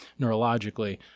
neurologically